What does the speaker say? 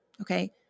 okay